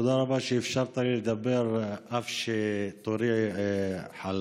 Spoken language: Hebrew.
תודה רבה שאפשרת לי לדבר אף שתורי חלף.